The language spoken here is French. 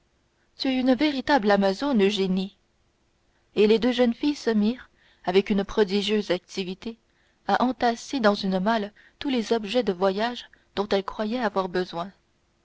tu es une véritable amazone eugénie et les deux jeunes filles se mirent avec une prodigieuse activité à entasser dans une malle tous les objets de voyage dont elles croyaient avoir besoin